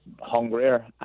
hungrier